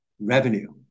revenue